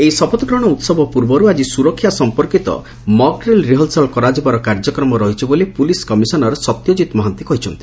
ଏହି ଶପଥଗ୍ରହଶ ଉହବ ପ୍ରବ୍ରୁ ଆକି ସୁରକ୍ଷା ସମ୍ମର୍କିତ ମକ୍ଡ୍ରିଲ ରିହରସଲ କରାଯିବାର କାର୍ଯ୍ୟକ୍ରମ ରହିଛି ବୋଲି ପୁଲିସ କମିଶନର ସତ୍ୟକିତ୍ ମହାନ୍ତି କହିଛନ୍ତି